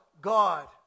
God